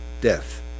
death